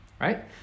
right